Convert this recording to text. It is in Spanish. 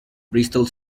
bristol